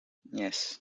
yes